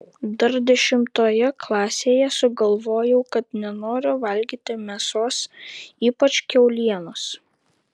dar dešimtoje klasėje sugalvojau kad nenoriu valgyti mėsos ypač kiaulienos